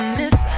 miss